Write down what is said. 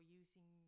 using